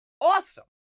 Awesome